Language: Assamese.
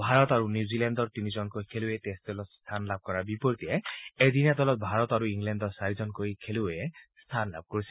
ভাৰত আৰু নিউজিলেণ্ডৰ তিনিজনকৈ খেলুৱৈয়ে টেষ্ট দলত স্থান লাভ কৰাৰ বিপৰীতে এদিনীয়া দলত ভাৰত আৰু ইংলেণ্ডৰ চাৰিজনকৈ খেলুৱৈয়ে স্থান লাভ কৰিছে